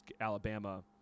Alabama